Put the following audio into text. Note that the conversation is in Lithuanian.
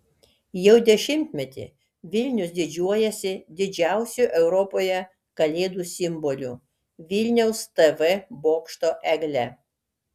jau dešimtmetį vilnius didžiuojasi didžiausiu europoje kalėdų simboliu vilniaus tv bokšto egle